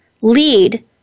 lead